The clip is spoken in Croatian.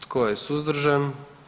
Tko je suzdržan?